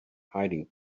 hiding